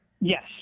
Yes